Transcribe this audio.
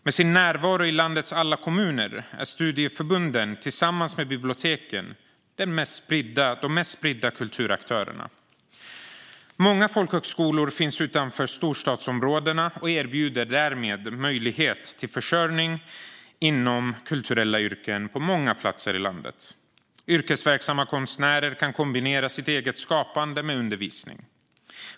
Med sin närvaro i landets alla kommuner är studieförbunden tillsammans med biblioteken de mest spridda kulturaktörerna. Många folkhögskolor finns utanför storstadsområdena och erbjuder därmed möjlighet till försörjning inom kulturella yrken på många platser i landet. Yrkesverksamma konstnärer kan kombinera sitt eget skapande med undervisning.